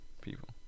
people